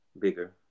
bigger